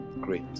great